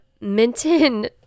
Minton